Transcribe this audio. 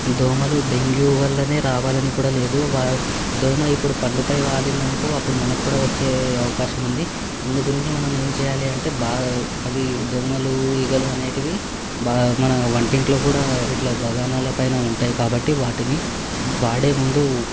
దోమలు డెంగ్యూ వల్లనే రావాలని కూడా లేదు వా దోమ ఇప్పుడు పండుపై వాలిందనుకో అప్పుడు మనకు కూడా వచ్చే అవకాశం ఉంది అందు గురించి మనం ఏం చేయాలి అంటే బాగా అవి దోమలు ఈగలు అనేటివి బాగా వంటింట్లో కూడా వీటిలో బగానాల పైన ఉంటాయి కాబట్టి వాటిని వాడే ముందు